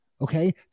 okay